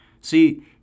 See